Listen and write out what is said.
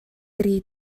dri